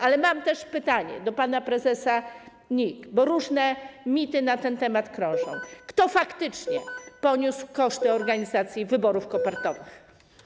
Ale mam też pytanie do pana prezesa NIK, bo różne mity na ten temat krążą: Kto faktycznie poniósł koszty organizacji wyborów kopertowych?